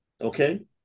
okay